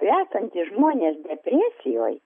esantys žmonės depresijoj